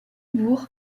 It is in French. bourg